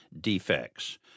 defects